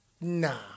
Nah